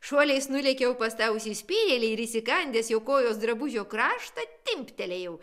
šuoliais nulėkiau pas tą užsispyrėlį ir įsigandęs jo kojos drabužio kraštą timptelėjau